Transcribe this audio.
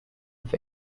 for